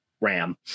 ram